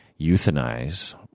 euthanize